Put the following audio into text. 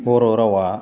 बर' रावा